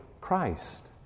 Christ